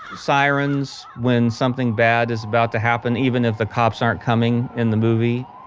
sirens when something bad is about to happen, even if the cops aren't coming in the movie,